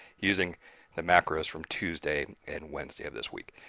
using the macros from tuesday and wednesday of this week.